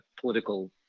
political